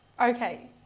Okay